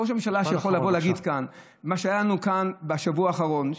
ראש ממשלה שיכול להגיד כאן את מה שהיה לנו כאן בשבוע האחרון,